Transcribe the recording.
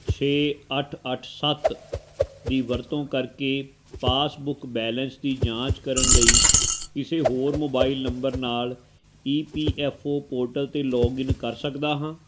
ਛੇ ਅੱਠ ਅੱਠ ਸੱਤ ਦੀ ਵਰਤੋਂ ਕਰਕੇ ਪਾਸਬੁੱਕ ਬੈਲੇਂਸ ਦੀ ਜਾਂਚ ਕਰਨ ਲਈ ਕਿਸੇ ਹੋਰ ਮੋਬਾਈਲ ਨੰਬਰ ਨਾਲ E P F O portal 'ਤੇ ਲੌਗਇਨ ਕਰ ਸਕਦਾ ਹਾਂ